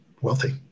Wealthy